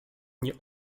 nie